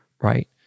right